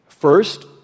First